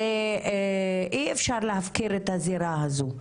זה אי אפשר להפקיר את הזירה הזו,